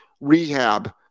rehab